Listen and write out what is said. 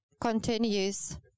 continues